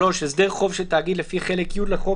(3)הסדר חוב של תאגיד לפי חלק י' לחוק